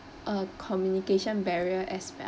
a communication barrier as well